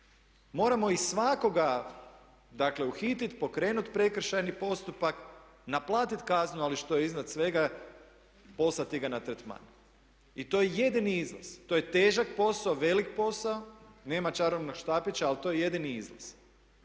Moramo i svakoga, dakle uhititi, pokrenuti prekršajni postupak, naplatiti kaznu, ali što je iznad svega poslati ga na tretman. I to je jedini izlaz. To je težak posao, velik posao, nema čarobnog štapića ali to je jedini izlaz.